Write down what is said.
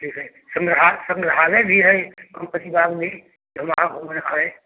ठीक है संग्रहा संग्रहालय भी है कुरूपति बाग में तो वहाँ घूमना है